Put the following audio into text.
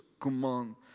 command